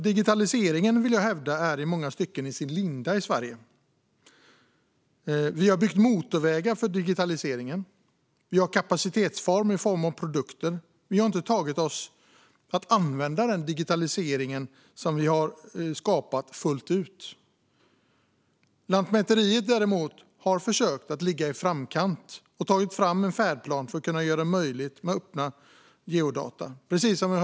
Digitaliseringen är, vill jag hävda, i många stycken ännu i sin linda i Sverige. Vi har byggt motorvägar för digitalisering, och vi har kapacitet i form av produkter, men vi har ännu inte börjat använda digitaliseringen fullt ut. Lantmäteriet har dock försökt att ligga i framkant och har tagit fram en färdplan för att möjliggöra öppna geodata.